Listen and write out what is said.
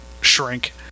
shrink